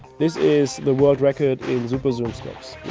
this is the world record in super zoom scopes.